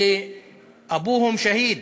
של אביהם שהיד